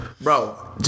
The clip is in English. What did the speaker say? Bro